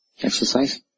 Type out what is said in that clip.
Exercise